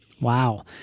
Wow